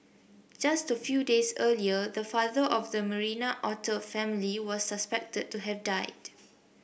just a few days earlier the father of the Marina otter family was suspected to have died